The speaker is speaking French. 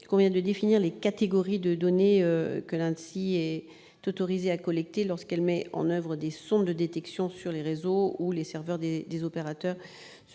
il convient de définir les catégories de données que l'ANSSI est autorisée à collecter lorsqu'elle met en oeuvre des sondes de détection sur les réseaux ou sur les serveurs des opérateurs,